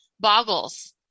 boggles